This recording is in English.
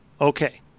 Okay